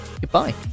goodbye